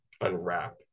unwrap